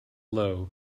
low